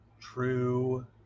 True